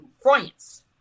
France